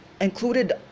included